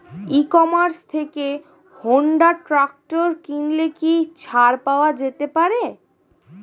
E commerce থেকে Honda tractor কিনলে কি ছাড় পাওয়া যেতে পারে?